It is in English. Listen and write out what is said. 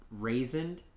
raisined